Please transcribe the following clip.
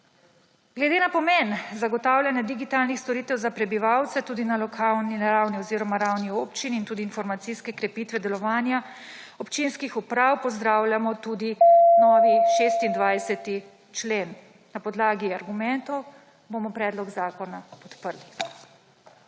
Glede na pomen zagotavljanja digitalnih storitev za prebivalce tudi na lokalni ravni oziroma ravni občin in tudi informacijske krepitve delovanja občinskih uprav pozdravljamo tudi… / znak za konec razprave/ novi 26. člen. Na podlagi argumentov bomo predlog zakona podprli.